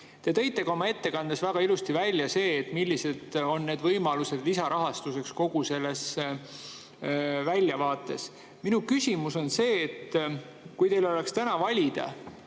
Te tõite oma ettekandes väga ilusti välja selle, millised on need lisarahastuse võimalused kogu selles väljavaates. Minu küsimus on see. Kui teil oleks täna valida,